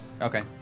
Okay